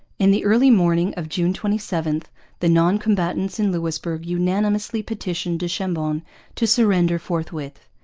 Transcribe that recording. in the early morning of june twenty seven the non-combatants in louisbourg unanimously petitioned du chambon to surrender forthwith.